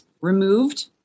removed